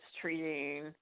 treating